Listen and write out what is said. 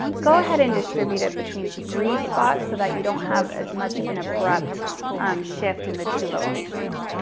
go ahead and distribute it between three spots so that you don't have as much of an abrupt shift in the two locations.